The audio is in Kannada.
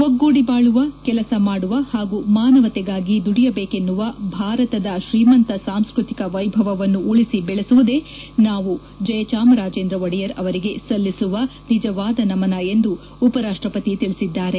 ಒಗ್ಗೂಡಿ ಬಾಳುವ ಕೆಲಸ ಮಾಡುವ ಹಾಗೂ ಮಾನವತೆಗಾಗಿ ದುಡಿಯಬೇಕೆನ್ನುವ ಭಾರತದ ಶ್ರೀಮಂತ ಸಾಂಸ್ಕೃತಿಕ ವೈಭವವನ್ನು ಉಳಿಸಿ ಬೆಳೆಸುವುದೇ ನಾವು ಜಯಚಾಮರಾಜ ಒಡೆಯರ್ ಅವರಿಗೆ ಸಲ್ಲಿಸುವ ನಿಜವಾದ ನಮನ ಎಂದು ಉಪರಾಷ್ಟಪತಿ ತಿಳಿಸಿದರು